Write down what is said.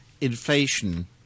inflation